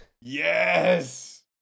Yes